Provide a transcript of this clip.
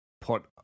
put